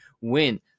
win